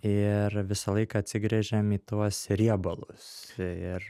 ir visą laiką atsigręžiam į tuos riebalus ir